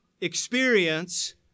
experience